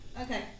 Okay